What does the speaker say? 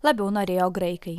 labiau norėjo graikai